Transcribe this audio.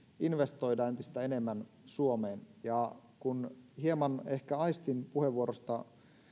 investoida entistä enemmän suomeen kun hieman ehkä aistin puheenvuorostanne